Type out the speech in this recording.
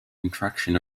contraction